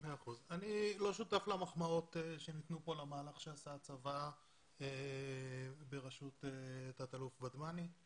אני לא שותף למחמאות שניתנו פה למהלך שעשה הצבא בראשות תת-אלוף ודמני.